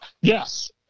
yes